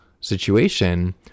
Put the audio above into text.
situation